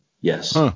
Yes